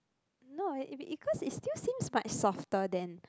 no it be it still seems like softer than